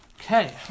Okay